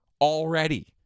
already